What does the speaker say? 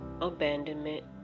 abandonment